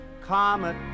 Comet